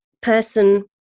person